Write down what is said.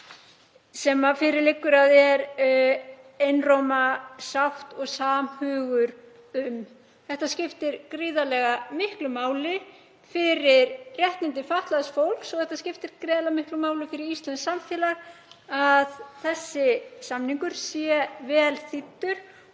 sem fyrir liggur að er einróma sátt og samhugur um. Það skiptir gríðarlega miklu máli fyrir réttindi fatlaðs fólks og það skiptir gríðarlega miklu máli fyrir íslenskt samfélag að þessi samningur sé vel þýddur